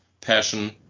passion